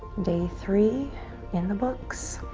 day three in the books.